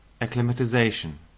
Acclimatization